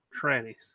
trannies